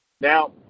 Now